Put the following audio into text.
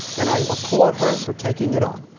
and i applaud her for taking it on.